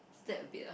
slept a bit ah